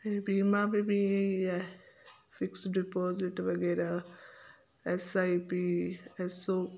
ऐं बीमा में बि ईअं ई आहे फिक्स डिपोजिट वगै़रह एस आई पी एस ओ